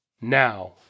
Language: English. now